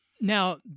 now